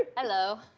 hello.